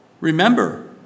Remember